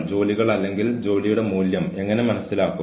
ജോലികൾ ബാൻഡ് ചെയ്യാനും കഴിയും